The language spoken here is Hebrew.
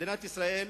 ממשלת ישראל